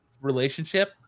relationship